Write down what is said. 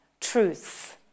truths